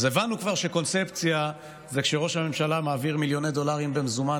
אז הבנו כבר שקונספציה זה כשראש הממשלה מעביר מיליוני דולרים במזומן